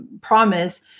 promise